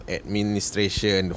administration